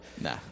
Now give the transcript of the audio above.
Nah